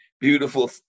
beautiful